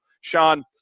Sean